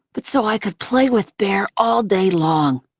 but so i could play with bear all day long.